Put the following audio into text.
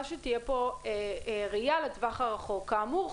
שתהיה פה ראייה לטווח הרחוק כאמור,